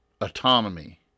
autonomy